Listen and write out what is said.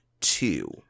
two